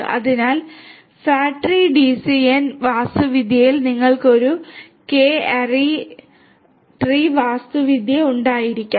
അതിനാൽ fat tree വാസ്തുവിദ്യയിൽ നിങ്ങൾക്ക് ഒരു കെ ആരി ട്രീ വാസ്തുവിദ്യ ഉണ്ടായിരിക്കാം